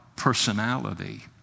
Personality